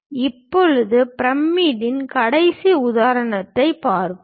இப்போது பிரமிட்டின் கடைசி உதாரணத்தைப் பார்ப்போம்